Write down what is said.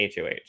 HOH